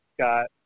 Scott